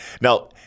Now